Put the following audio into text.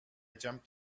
jumped